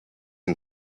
and